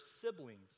siblings